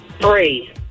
Three